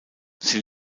sie